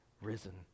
risen